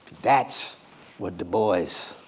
that's what du bois.